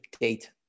date